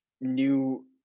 new